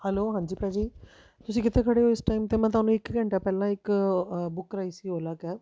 hello ਹਾਂਜੀ ਭਾਅ ਜੀ ਤੁਸੀਂ ਕਿੱਥੇ ਖੜ੍ਹੇ ਹੋ ਇਸ ਟਾਈਮ 'ਤੇ ਮੈਂ ਤੁਹਾਨੂੰ ਇੱਕ ਘੰਟਾ ਪਹਿਲਾਂ ਇੱਕ ਬੁੱਕ ਕਰਵਾਈ ਸੀ ਓਲਾ ਕੈਬ